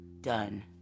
done